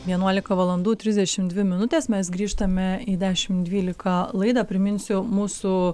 vienuolika valandų trisdešimt dvi minutės mes grįžtame į dešim dvylika laidą priminsiu mūsų